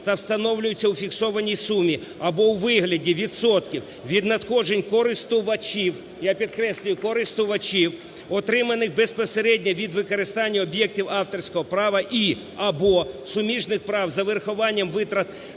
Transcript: та встановлюються у фіксованій сумі або у вигляді відсотків від надходжень користувачів (я підкреслюю, користувачів!), отриманих безпосередньо від використання об'єктів авторського права і (або) суміжних прав з врахуванням витрат